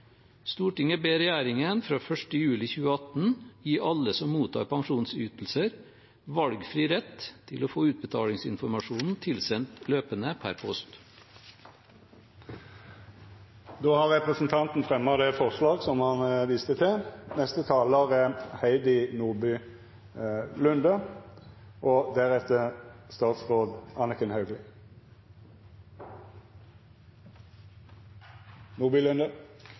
ber regjeringen fra 1. juli 2018 gi alle som mottar pensjonsytelser, valgfri rett til å få utbetalingsinformasjonen tilsendt løpende, pr. post.» Representanten Steinar Reiten har teke opp det forslaget han refererte. Alle sier at forandring fryder, men ofte er